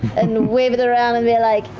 and wave it around and be like,